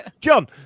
John